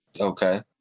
Okay